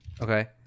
okay